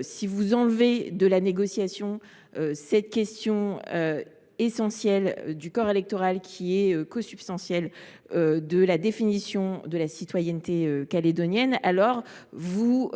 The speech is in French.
si vous sortez des négociations la question essentielle du corps électoral, qui est consubstantielle à la définition de la citoyenneté calédonienne, vous